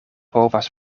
povas